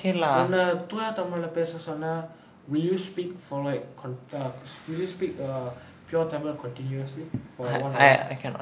உன்ன தூய தமிழ பேச சொன்னா:unna thooya tamila pesa sonnaa would you speak err would you speak pure tamil continuously for one hour